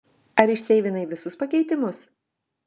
ar išseivinai visus pakeitimus